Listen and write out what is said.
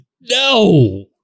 no